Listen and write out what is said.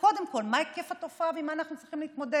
קודם כול מה היקף התופעה ועם מה אנחנו צריכים להתמודד.